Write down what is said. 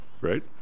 right